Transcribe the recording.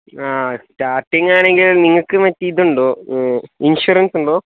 ആ സ്റ്റാർട്ടിങ് ആണെങ്കിൽ നിങ്ങൾക്ക് മറ്റേ ഈ ഇതുണ്ടോ ഇൻഷൂറൻസ് ഉണ്ടോ